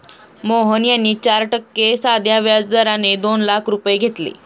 मोहन यांनी चार टक्के साध्या व्याज दराने दोन लाख रुपये घेतले